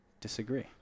Disagree